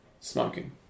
smoking